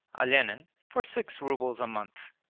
olenin, for six rubles a month.